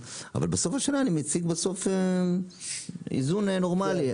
אבל בסופו של יום אני מציג בסוף איזון נורמלי,